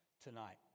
tonight